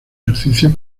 ejercicios